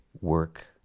work